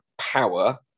power